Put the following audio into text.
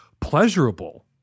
pleasurable